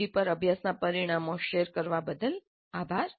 com પર અભ્યાસનાં પરિણામો શેર કરવા બદલ આભાર